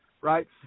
Right